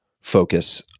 focus